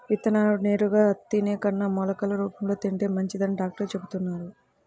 విత్తనాలను నేరుగా తినే కన్నా మొలకలు రూపంలో తింటే మంచిదని డాక్టర్లు చెబుతున్నారు